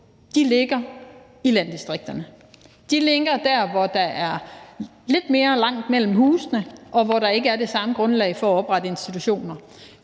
De ligger i landdistrikterne. De ligger der, hvor der er lidt længere mellem husene, og hvor der ikke er det samme grundlag for at oprette institutioner